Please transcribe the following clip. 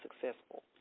successful